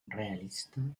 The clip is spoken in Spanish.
realista